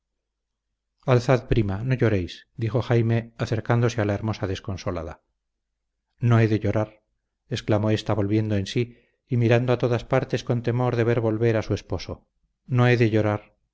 alzad prima no lloréis dijo jaime acercándose a la hermosa desconsolada no he de llorar exclamó ésta volviendo en sí y mirando a todas partes con temor de ver volver a su esposo no he de llorar